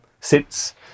sits